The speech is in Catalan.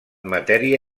matèria